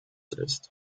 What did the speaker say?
ist